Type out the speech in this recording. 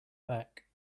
back